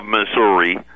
Missouri